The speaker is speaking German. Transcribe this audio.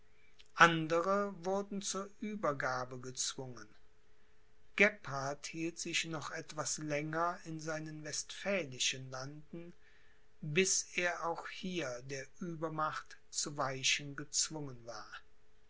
andere wurden zur uebergabe gezwungen gebhard hielt sich noch etwas länger in seinen westphälischen landen bis er auch hier der uebermacht zu weichen gezwungen war